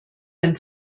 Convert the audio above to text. ein